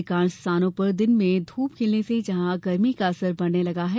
अधिकांश स्थानों पर दिन में धूप खिलने से जहां गर्मी का असर बढ़ने लगी है